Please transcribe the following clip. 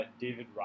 David